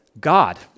God